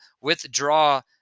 withdraw